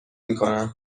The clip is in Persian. میکنم